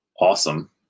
Awesome